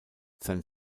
sein